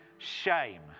shame